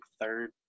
third